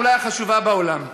אולי החשובה בעולם.